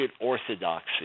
orthodoxy